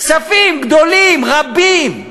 כספים גדולים, רבים.